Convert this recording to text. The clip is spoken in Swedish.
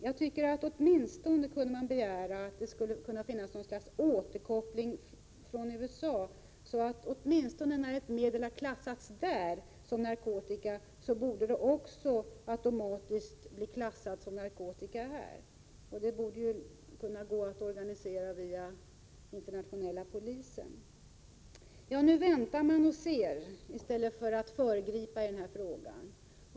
Jag tycker att man åtminstone kan begära att det görs någon sorts återkoppling till USA så, att när ett medel där har klassats som narkotika borde det automatiskt också bli klassat som narkotika här. Detta borde man kunna organisera via internationell polis. Nu vill man vänta och se i stället för att föregripa.